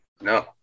No